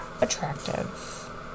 attractive